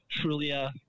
Trulia